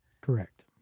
Correct